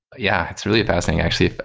yeah. it's really fascinating. actually,